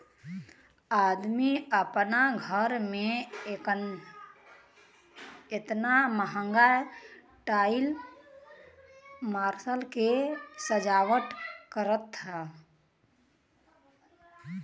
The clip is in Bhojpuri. अदमी आपन घरे मे एतना महंगा टाइल मार्बल के सजावट करत हौ